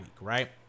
Right